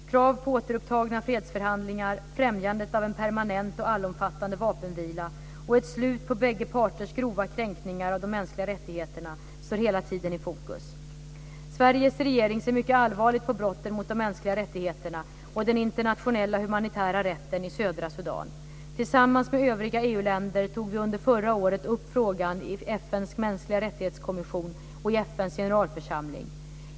Krav på återupptagna fredsförhandlingar, främjandet av en permanent och allomfattande vapenvila, och ett slut på bägge parternas grova kränkningar av de mänskliga rättigheterna står hela tiden i fokus. Sveriges regering ser mycket allvarligt på brotten mot de mänskliga rättigheterna och den internationella humanitära rätten i södra Sudan. Tillsammans med övriga EU-länder tog vi under förra året upp frågan i FN:s kommission för mänskliga rättigheter och i FN:s generalförsamling.